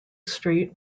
street